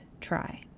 try